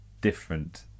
different